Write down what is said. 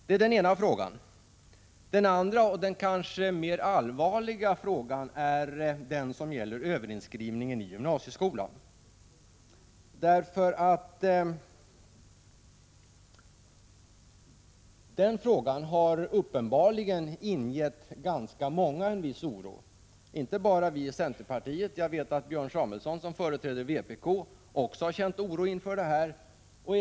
Den andra frågan, som kanske är mer allvarlig, gäller överinskrivningen i gymnasieskolan. Den frågan har uppenbarligen ingivit ganska många en viss oro, inte bara oss i centerpartiet. Jag vet att också Björn Samuelson, som företräder vpk, har känt oro inför denna företeelse.